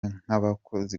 nk’abakozi